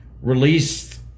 released